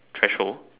threshold